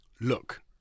look